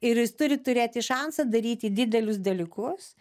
ir jis turi turėti šansą daryti didelius dalykus